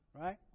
right